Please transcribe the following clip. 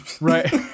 Right